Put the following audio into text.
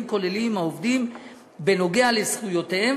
כוללים עם העובדים בנוגע לזכויותיהם,